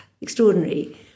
extraordinary